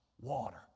water